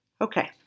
Okay